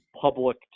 public